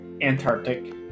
Antarctic